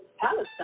Palestine